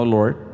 Lord